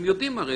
הם יודעים הרי.